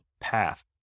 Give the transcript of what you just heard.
path